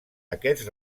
aquests